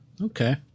Okay